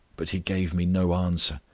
but he gave me no answer.